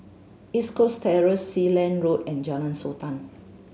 East Coast Terrace Sealand Road and Jalan Sultan